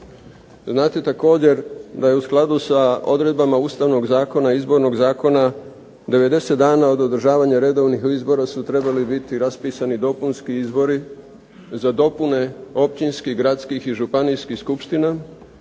znate također da je u skladu sa odredbama Ustavnog zakona, Izbornog zakona 90 dana od održavanja redovnih izbora su trebali biti raspisani dopunski izbori za dopune općinskih, gradskih i županijskih skupština,